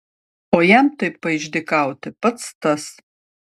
o jam taip paišdykauti pats tas